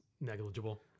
negligible